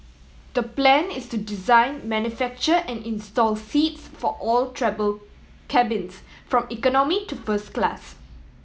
the plan is to design manufacture and install seats for all travel cabins from economy to first class